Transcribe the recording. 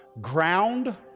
Ground